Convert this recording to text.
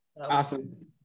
Awesome